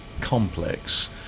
complex